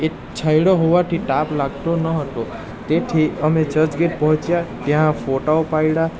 એક છાંયડો હોવાથી તાપ લાગતો ન હતો તેથી અમે ચર્ચગેટ પહોંચ્યા ત્યાં ફોટાં પાડ્યાં